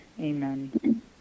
amen